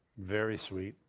very sweet,